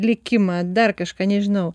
likimą dar kažką nežinau